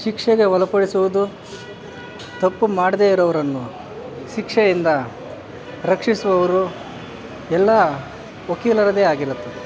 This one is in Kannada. ಶಿಕ್ಷೆಗೆ ಒಳಪಡಿಸುವುದು ತಪ್ಪು ಮಾಡದೆ ಇರೋವ್ರನ್ನು ಶಿಕ್ಷೆಯಿಂದ ರಕ್ಷಿಸುವವರು ಎಲ್ಲ ವಕೀಲರದೇ ಆಗಿರುತ್ತದೆ